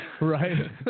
Right